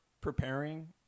preparing